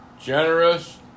generous